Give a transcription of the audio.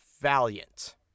valiant